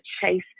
chase